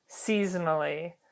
seasonally